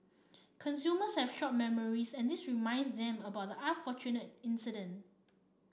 consumers have short memories and this reminds them about the unfortunate incident